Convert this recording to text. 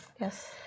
Yes